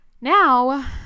Now